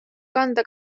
kanda